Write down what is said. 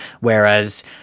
whereas